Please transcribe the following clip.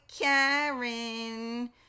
Karen